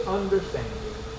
understanding